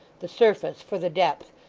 the surface for the depth,